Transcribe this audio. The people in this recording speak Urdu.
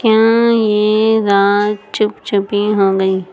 کیا یہ رات چپ چپی ہو گئی